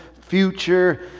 future